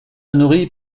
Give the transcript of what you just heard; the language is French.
nourrit